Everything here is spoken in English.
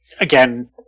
Again